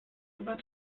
über